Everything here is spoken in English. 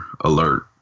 alert